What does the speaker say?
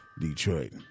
Detroit